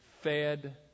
fed